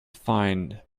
find